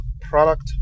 Product